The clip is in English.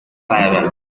thailand